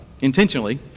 intentionally